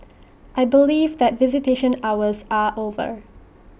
I believe that visitation hours are over